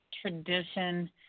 tradition